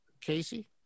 Casey